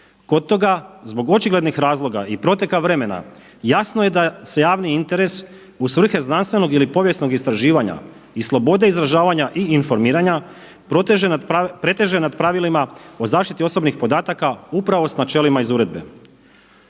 Kod toga zbog očiglednih razloga i proteka vremena jasno je da se javni interes u svrhe znanstvenog ili povijesnog istraživanja i slobode izražavanja i informiranja preteže nad pravilima o zaštiti osobnih podataka u pravo s načelima iz uredbe.